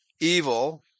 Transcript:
evil